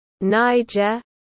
Niger